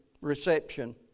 reception